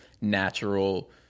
natural